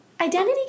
identity